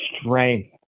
strength